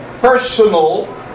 personal